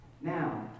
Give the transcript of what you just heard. Now